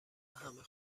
همه